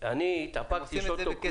אני התאפקתי מלשאול אותו.